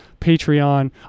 Patreon